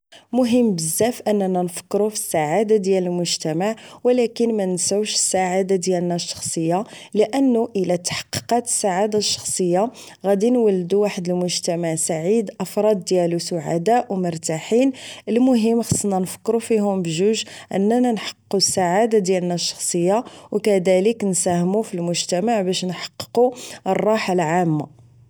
مهم بزاف اننا نفكرو فالسعادة ديال المجتمع و لكن مانساوش السعادة ديالنا الشخصية لانه الا تحققت السعادة الشخصية غادي نولدو واحد مجتمع سعيد الافراد ديالو سعداء و مرتاحين المهم خصنا نفكر و فيهم بجوج اننا نحققو السعادة ديالنا الشخصية و كذالك نساهمو في المجتمع باش نحققو الراحة العامة